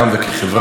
ושנראה אותו,